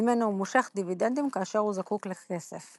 ממנו הוא מושך דיבידנדים כאשר הוא זקוק לכסף.